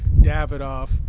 Davidoff